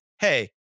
hey